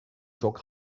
çok